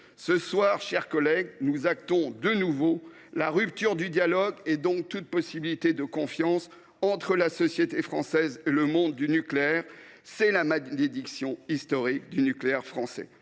Ce soir, mes chers collègues, nous actons de nouveau la rupture du dialogue, donc de toute possibilité de confiance, entre la société française et le monde du nucléaire. C’est la malédiction historique du nucléaire français.